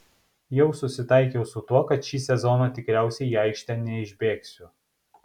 jau susitaikiau su tuo kad šį sezoną tikriausiai į aikštę neišbėgsiu